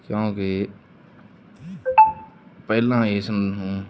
ਕਿਉਂਕਿ ਪਹਿਲਾਂ ਇਸ ਨੂੰ